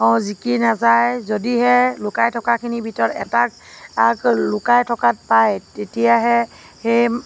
জিকি নাযায় যদিহে লুকাই থকাখিনিৰ ভিতৰত এটাক লুকাই থকাত পায় তেতিয়াহে সেই